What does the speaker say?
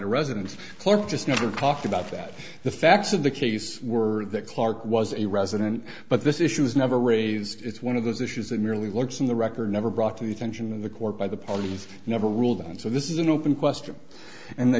to resident clark just never talked about that the facts of the case were that clarke was a resident but this issue was never raised it's one of those issues that merely looks in the record never brought to the attention of the court by the parties never rule them so this is an open question and i